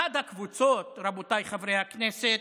אחת הקבוצות, רבותיי חברי הכנסת,